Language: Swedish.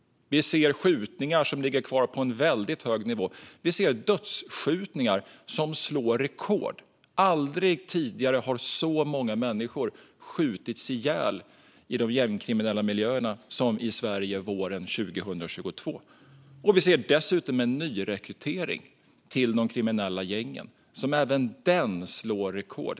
Vi ser skjutningar som ligger kvar på en väldigt hög nivå. Vi ser dödsskjutningar som slår rekord. Aldrig tidigare har så många människor skjutits ihjäl i de gängkriminella miljöerna som i Sverige våren 2022. Vi ser dessutom en nyrekrytering till de kriminella gängen som även den slår rekord.